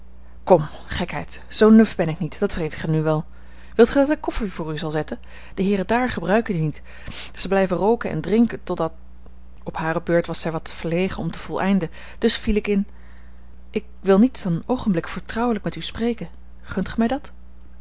kom gekheid zoo'n nuf ben ik niet dat weet gij nu wel wilt gij dat ik koffie voor u zal zetten de heeren dààr gebruiken die niet zij blijven rooken en drinken tot dat op hare beurt was zij wat verlegen om te voleinden dus viel ik in ik wil niets dan een oogenblik vertrouwelijk met u spreken gunt gij mij dat